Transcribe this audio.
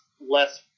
less